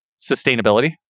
Sustainability